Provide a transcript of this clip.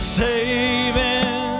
saving